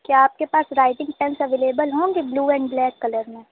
کیا آپ کے پاس رائٹنگ پنس اویلیبل ہوں گے بلو اینڈ بلیک کلر میں